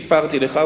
סיפרתי לך,